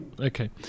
Okay